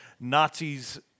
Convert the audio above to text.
Nazis